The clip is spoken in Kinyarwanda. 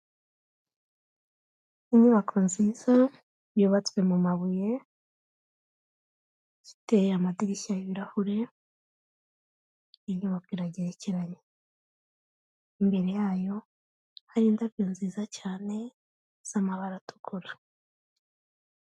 Inyubako nziza yubatswe mu mabuye, ifite amadirishya y'ibirahure, inyubako iragerekeranye. Imbere yayo, hari indabyo nziza cyane, z'amabara atukura.